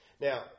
Now